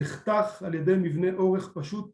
נחתך על ידי מבנה אורך פשוט.